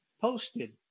posted